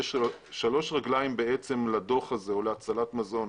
יש שלוש רגליים לדוח הזה או להצלת מזון.